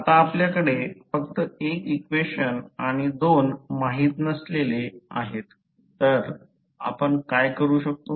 आता आपल्याकडे फक्त एक इक्वेशन आणि दोन माहित नसलेले आहेत तर आपण काय करू शकतो